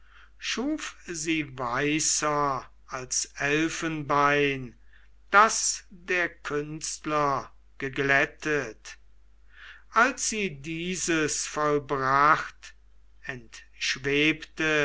schuf sie weißer als elfenbein das der künstler geglättet als sie dieses vollbracht